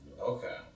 Okay